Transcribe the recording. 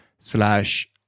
Slash